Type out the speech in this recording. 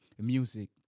music